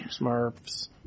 Smurfs